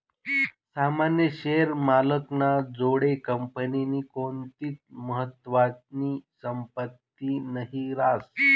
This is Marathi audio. सामान्य शेअर मालक ना जोडे कंपनीनी कोणतीच महत्वानी संपत्ती नही रास